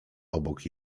obok